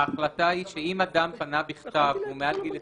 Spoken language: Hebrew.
ההחלטה היא, שאם אדם פנה בכתב והוא מעל גיל 21,